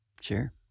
Sure